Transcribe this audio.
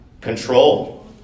Control